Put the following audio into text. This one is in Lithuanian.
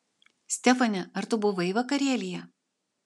stefane ar tu buvai vakarėlyje